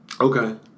okay